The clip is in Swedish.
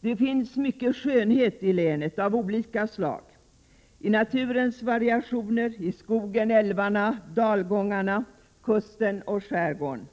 Det finns mycket skönhet i länet — av olika slag: i naturens variationer, i skogen, älvarna, dalgångarna, kusten och skärgården.